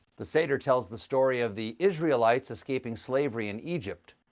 the seder tells the story of the israelites escaping slavery in egypt.